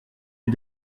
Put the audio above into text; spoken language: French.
est